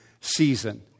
season